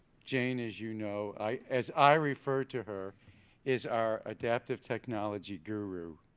jane as you know, i, as i refer to her is our adaptive technology guru.